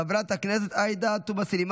חבר הכנסת איימן עודה, מבקש רשות דיבור?